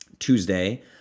Tuesday